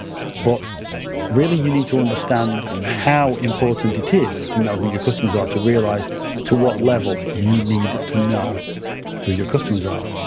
but really, you need to understand how important it is to know who your customers are, to realize to what level you need to know who your customers are.